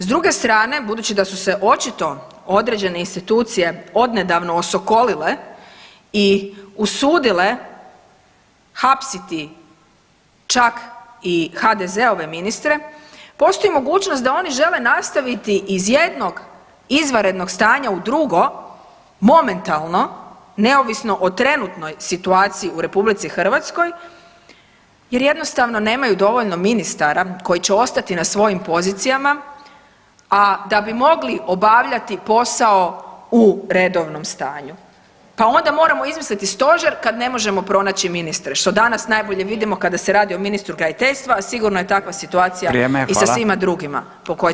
S druge strane budući da su se očito određene institucije odnedavno osokolile i usudile hapsiti čak i HDZ-ove ministre postoji mogućnost da oni žele nastaviti iz jednog izvanrednog stanja u drugo momentalno neovisno o trenutnoj situaciji u RH jer jednostavno nemaju dovoljno ministara koji će ostati na svojim pozicijama, a da bi mogli obavljati posao u redovnom stanju, pa onda moramo izmisliti stožer kad ne možemo pronaći ministre, što danas najbolje vidimo kada se radi o ministru graditeljstva, a sigurno je takva situacija i sa svima drugima po koje će DORH doći.